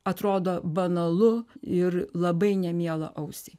atrodo banalu ir labai nemiela ausiai